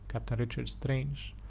capt. richard strange,